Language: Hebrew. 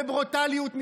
בברוטליות,